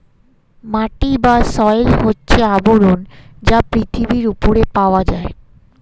মাটি বা সয়েল হচ্ছে আবরণ যা পৃথিবীর উপরে পাওয়া যায়